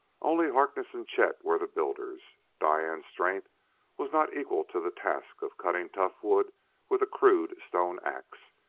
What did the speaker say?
only harkness and chet were the builders. diane's strength was not equal to the task of cutting tough wood with a crude stone ax,